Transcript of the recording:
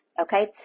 Okay